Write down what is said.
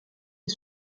est